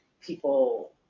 people